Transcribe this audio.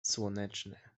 słoneczny